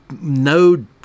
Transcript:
no